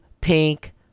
pink